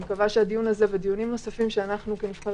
אני מקווה שהדיון הזה ודיונים אחרים שאנחנו כנבחרי